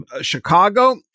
Chicago